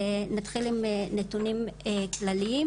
נתחיל עם נתונים כלליים,